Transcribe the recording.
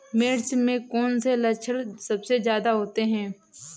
मिर्च में कौन से लक्षण सबसे ज्यादा होते हैं?